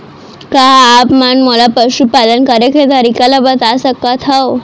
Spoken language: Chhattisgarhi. का आप मन मोला पशुपालन करे के तरीका ल बता सकथव?